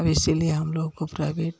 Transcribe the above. अब इसलिए हम लोग को प्राइवेट